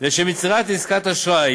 לשם יצירת עסקת אשראי.